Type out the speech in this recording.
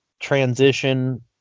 transition